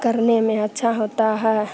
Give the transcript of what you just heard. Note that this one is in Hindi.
करने में अच्छा होता है